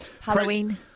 Halloween